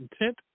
intent